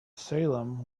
salem